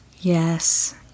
Yes